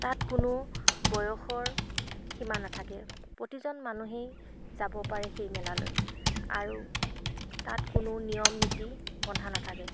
তাত কোনো বয়সৰ সীমা নাথাকে প্ৰতিজন মানুহেই যাব পাৰে সেই মেলালৈ আৰু তাত কোনো নিয়ম নীতি বন্ধা নাথাকে